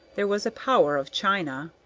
there was a power of china.